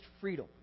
freedom